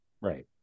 right